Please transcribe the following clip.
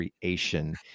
creation